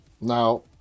now